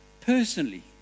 Personally